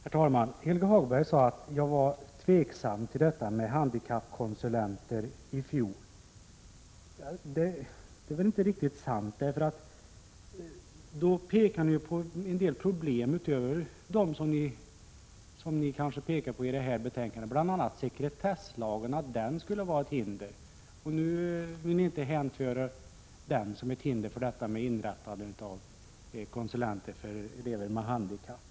Herr talman! Helge Hagberg sade att jag i fjol var tveksam till handikappkonsulenter. Det är inte riktigt sant. Ni pekade då på en del problem utöver dem som redovisas i det här betänkandet. Sekretesslagen sades då vara ett hinder, men nu vill ni inte beteckna den som ett hinder för att inrätta konsulenter för elever med handikapp.